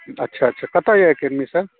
अच्छा अच्छा कतऽ लैके अइ एडमिशन